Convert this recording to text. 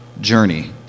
journey